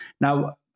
Now